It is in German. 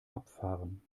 abfahren